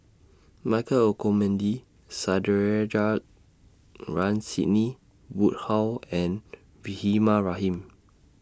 Michael Olcomendy Sandrasegaran Sidney Woodhull and Rahimah Rahim